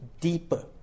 deeper